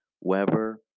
Weber